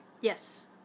Yes